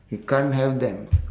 you can't have them